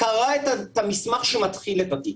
קרא את המסמך שמתחיל את התיק.